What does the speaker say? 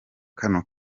kano